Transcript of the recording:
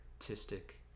artistic